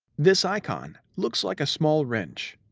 this icon looks like a small wrench.